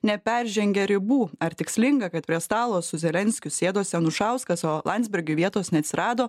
neperžengia ribų ar tikslinga kad prie stalo su zelenskiu sėdosi anušauskas o landsbergiui vietos neatsirado